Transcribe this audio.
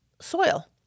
soil